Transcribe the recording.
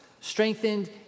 strengthened